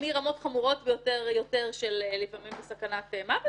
מרמות חמורות יותר לפעמים של סכנת מוות,